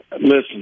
Listen